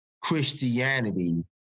Christianity